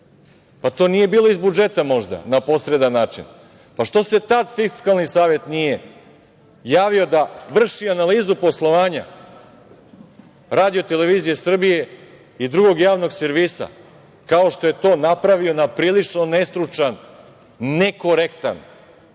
To nije bilo iz budžeta možda, na posredan način. Što se tada Fiskalni savet nije javio da vrši analizu poslovanja RTS i drugog javnog servisa, kao što je to napravio, na prilično nestručan, nekorektan